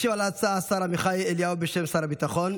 ישיב על ההצעה השר עמיחי אליהו, בשם שר הביטחון.